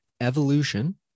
evolution